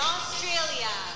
Australia